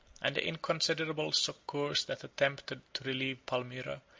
and the inconsiderable succors that attempted to relieve palmyra,